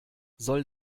soll